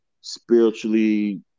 spiritually